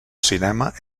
cinema